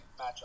matchup